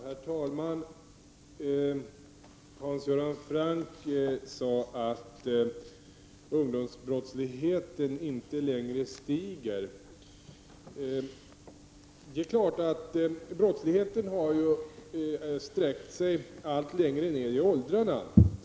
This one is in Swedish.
Herr talman! Hans Göran Franck sade att ungdomsbrottsligheten inte längre ökar. Jag vill då påpeka att brottsligheten sträckt sig allt längre ned i åldrarna.